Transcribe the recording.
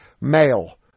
male